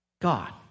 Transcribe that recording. God